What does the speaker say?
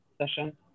session